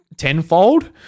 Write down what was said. Tenfold